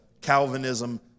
Calvinism